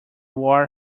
war